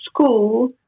school